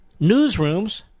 newsrooms